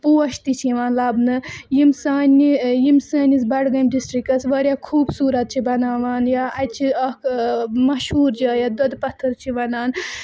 پوش تہِ چھِ یِوان لبنہٕ یِم سانہِ یِم سٲنِس بڈگٲمۍ ڈِسٹِرٛکَس واریاہ خوٗبصوٗرت چھِ بَناوان یا اَتہِ چھِ اَکھ مشہوٗر جاے یَتھ دۄدٕ پَتھٕر چھِ وَنان